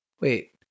Wait